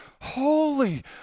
holy